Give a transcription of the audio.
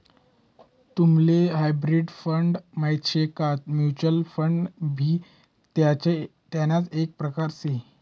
तुम्हले hybrid fund माहित शे का? म्युच्युअल फंड भी तेणाच एक प्रकार से